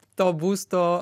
to būsto